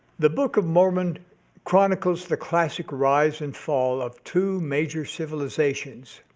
the book of mormon chronicles the classic rise and fall of two major civilizations.